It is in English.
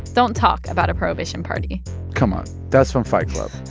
don't talk about a prohibition party come on. that's from fight club.